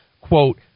quote